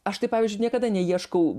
aš tai pavyzdžiui niekada neieškau